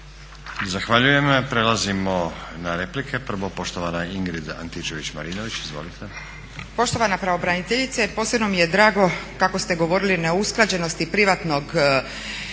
Zahvaljujem. Prelazimo na replike, prvo poštovana Ingrid Antičević-Marinović, izvolite.